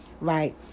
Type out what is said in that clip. right